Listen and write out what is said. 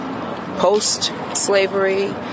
post-slavery